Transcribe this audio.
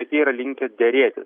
bet jie yra linkę derėtis